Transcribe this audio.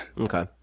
Okay